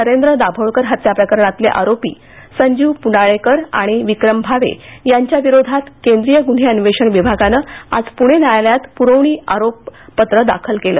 नरेंद्र दाभोळकर हत्या प्रकरणातले आरोपी संजीव पुनाळेकर आणि विक्रम भावे यांच्या विरोधात केंद्रीय गुन्हे अन्वेषण विभागानं आज पुणे न्यायालयात पुरवणी आरोप पत्र दाखल केलं